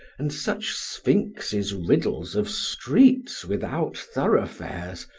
and such sphynx's riddles of streets without thoroughfares,